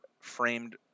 framed